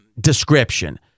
description